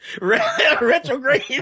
Retrograde